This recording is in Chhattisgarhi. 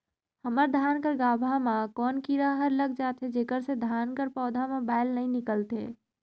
हमर धान कर गाभा म कौन कीरा हर लग जाथे जेकर से धान कर पौधा म बाएल नइ निकलथे?